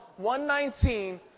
119